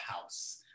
house